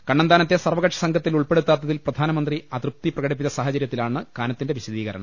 കണ്ണന്താനത്തെ സർവ്വകക്ഷിസംഘത്തിൽ ഉൾപ്പെടുത്താത്തിൽ പ്രധാനമന്ത്രി അതൃപ്തി പ്രകടിപ്പിച്ച സാഹചരൃത്തിലാണ് കാന ത്തിന്റെ വിശദീകരണം